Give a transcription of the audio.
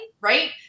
right